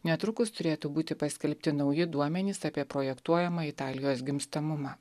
netrukus turėtų būti paskelbti nauji duomenys apie projektuojamą italijos gimstamumą